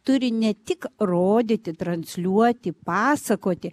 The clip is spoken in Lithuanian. turi ne tik rodyti transliuoti pasakoti